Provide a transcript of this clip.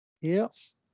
Yes